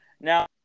Now